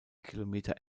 kilometer